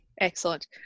Excellent